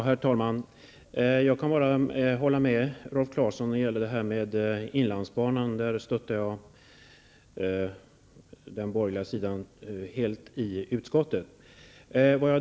Herr talman! Jag kan bara hålla med Rolf Clarkson när det gäller detta med inlandsbanan. Där stödde jag helt den borgerliga sidan i utskottet.